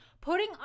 putting